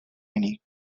tiny